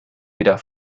weder